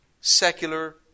secular